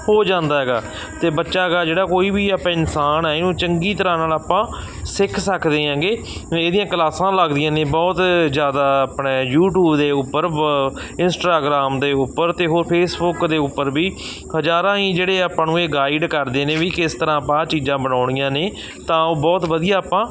ਹੋ ਜਾਂਦਾ ਹੈਗਾ ਅਤੇ ਬੱਚਾ ਹੈਗਾ ਜਿਹੜਾ ਕੋਈ ਵੀ ਆਪਾਂ ਇਨਸਾਨ ਹੈ ਇਹਨੂੰ ਚੰਗੀ ਤਰ੍ਹਾਂ ਨਾਲ ਆਪਾਂ ਸਿੱਖ ਸਕਦੇ ਹੈਗੇ ਇਹਦੀਆਂ ਕਲਾਸਾਂ ਲੱਗਦੀਆਂ ਨੇ ਬਹੁਤ ਜ਼ਿਆਦਾ ਆਪਣੇ ਯੂਟਿਊਬ ਦੇ ਉੱਪਰ ਬ ਇੰਸਟਾਗਰਾਮ ਦੇ ਉੱਪਰ ਅਤੇ ਹੋਰ ਫੇਸਬੁੱਕ ਦੇ ਉੱਪਰ ਵੀ ਹਜ਼ਾਰਾਂ ਹੀ ਜਿਹੜੇ ਆਪਾਂ ਨੂੰ ਇਹ ਗਾਈਡ ਕਰਦੇ ਨੇ ਵੀ ਕਿਸ ਤਰ੍ਹਾਂ ਆਪਾਂ ਇਹ ਚੀਜ਼ਾਂ ਬਣਾਉਣੀਆਂ ਨੇ ਤਾਂ ਉਹ ਬਹੁਤ ਵਧੀਆ ਆਪਾਂ